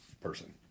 person